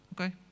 okay